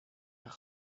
وقت